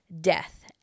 death